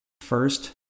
First